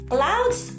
Clouds